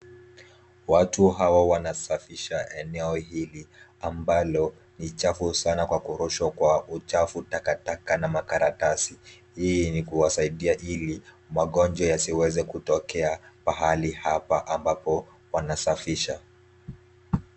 Watu hawa wanasafisha eneo hili ambalo ni chafu sana kwa kurushwa uchafu, takataka na makaratasi hii ni kuwasaidia ili magonjwa yasiweze kutokea pahali hapa ambapo wanasafisha.